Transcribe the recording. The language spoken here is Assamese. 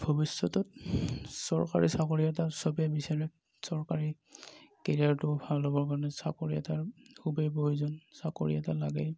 ভৱিষ্য়তত চৰকাৰী চাকৰি এটা চবে বিচাৰে চৰকাৰী কেৰিয়াৰটো ভাল হ'বৰ কাৰণে চাকৰি এটাৰ খুবেই প্ৰয়োজন চাকৰি এটা লাগেই